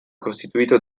costituito